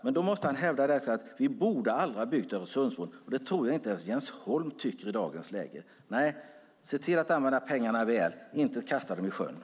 Men då måste han hävda att vi aldrig borde ha byggt Öresundsbron. Det tror jag inte ens Jens Holm tycker i dagens läge. Se till att använda pengarna väl, och kasta dem inte i sjön!